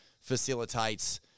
facilitates